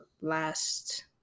last